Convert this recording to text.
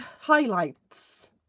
Highlights